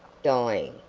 dying.